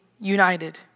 united